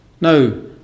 No